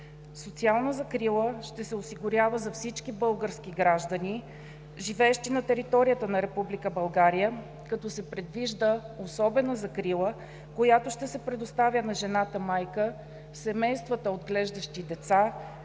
Социална закрила ще се осигурява за всички български граждани, живеещи на територията на Република България, като се предвижда особена закрила, която ще се предоставя на жената-майка, семействата, отглеждащи деца,